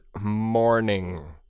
morning